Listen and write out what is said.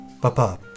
Papa